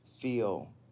feel